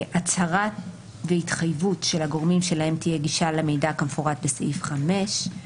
הצהרה והתחייבות של הגורמים שלהם תהיה גישה למידע כמפורט בסעיף 5,